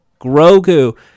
Grogu